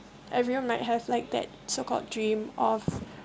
everyone might have like that so called dream of